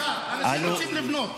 ------ אנשים רוצים לבנות.